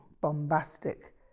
bombastic